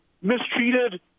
mistreated